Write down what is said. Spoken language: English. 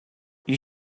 you